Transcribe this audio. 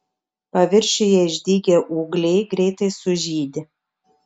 paviršiuje išdygę ūgliai greitai sužydi